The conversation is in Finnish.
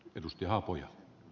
arvoisa puhemies